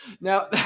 now